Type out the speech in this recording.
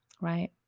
right